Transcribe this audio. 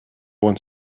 one